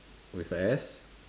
with a S